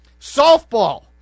Softball